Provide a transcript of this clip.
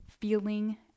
feeling